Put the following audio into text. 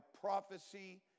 prophecy